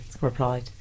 replied